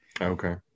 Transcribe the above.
okay